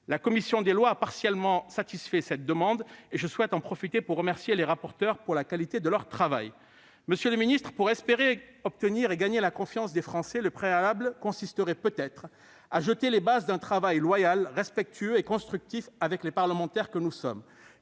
La commission des lois a partiellement satisfait cette demande et je souhaite en profiter pour remercier les rapporteurs de la qualité de leur travail. Pour espérer obtenir et gagner la confiance des Français, le préalable consisterait peut-être à jeter les bases d'un travail loyal, respectueux et constructif avec les parlementaires que nous sommes,